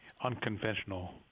unconventional